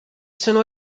sono